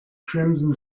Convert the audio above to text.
crimson